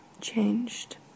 changed